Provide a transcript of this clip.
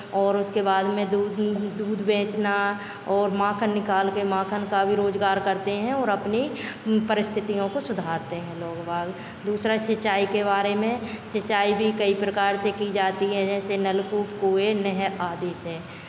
और उसके बाद में दूध दूध बेचना और मक्खन निकाल के मक्खन का भी रोजगार करते हैं और अपनी परिस्थितियों को सुधारते हैं लोग बाग दूसरा सिंचाई के बारे में सिंचाई भी कई प्रकार से की जाती है जैसे नल कुएं नहर आदि से